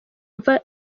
mva